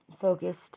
focused